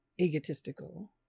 Egotistical